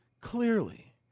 clearly